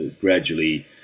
gradually